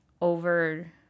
over